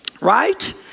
right